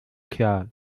klar